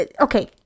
Okay